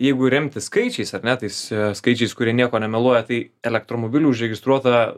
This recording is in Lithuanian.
jeigu remtis skaičiais ar ne tais skaičiais kurie nieko nemeluoja tai elektromobilių užregistruota